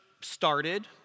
started